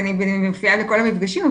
אני מופיעה לכל המפגשים.